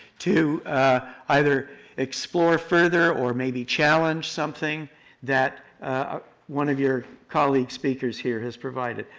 to either explore further or maybe challenge something that one of your colleague speakers here has provided.